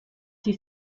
sie